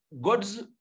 God's